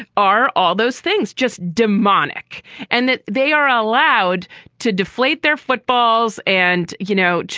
are all those things just demonic and that they are allowed to deflate their footballs and, you know,